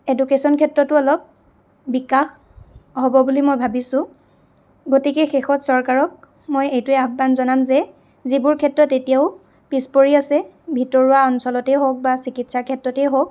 education ক্ষেত্ৰটো অলপ বিকাশ হ'ব বুলি মই ভাবিছোঁ গতিকে শেষত চৰকাৰক মই এইটোৱে আহ্বান জনাম যে যিবোৰ ক্ষেত্ৰত এতিয়াও পিছপৰি আছে ভিতৰুৱা অঞ্চলতেই হওক বা চিকিৎসা ক্ষেত্ৰতেই হওক